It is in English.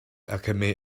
alchemy